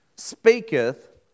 Speaketh